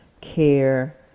care